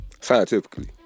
scientifically